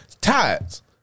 tides